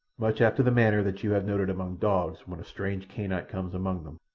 much after the manner that you have noted among dogs when a strange canine comes among them,